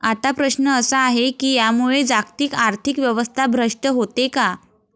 आता प्रश्न असा आहे की यामुळे जागतिक आर्थिक व्यवस्था भ्रष्ट होते का?